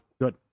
good